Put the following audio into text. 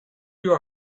your